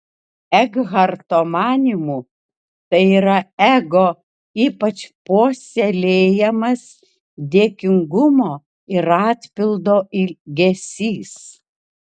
ekharto manymu tai yra ego ypač puoselėjamas dėkingumo ir atpildo ilgesys